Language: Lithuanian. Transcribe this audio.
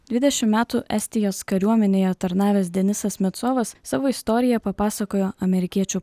dvidešim metų estijos kariuomenėje tarnavęs denisas metsovas savo istoriją papasakojo amerikiečių